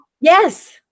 Yes